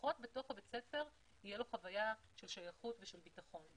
לפחות בתוך בית הספר תהיה לו חוויה של שייכות ושל ביטחון.